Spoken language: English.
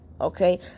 Okay